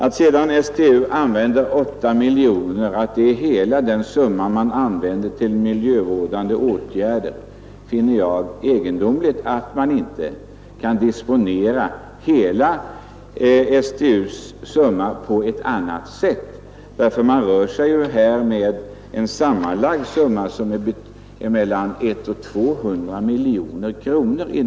Om sedan 8 miljoner kronor är hela det belopp STU använder till miljövårdande åtgärder, finner jag det egendomligt att man inte kan disponera STU:s totala anslag på ett annat sätt; STU rör sig med en sammanlagd summa på mellan 100 och 200 miljoner kronor.